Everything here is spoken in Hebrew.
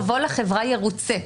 חובו לחברה ירוצה.